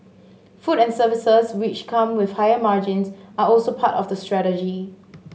food and services which come with higher margins are also part of the strategy